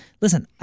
Listen